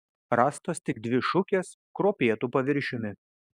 rastos tik dvi šukės kruopėtu paviršiumi